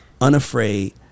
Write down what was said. unafraid